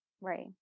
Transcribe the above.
Right